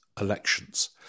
elections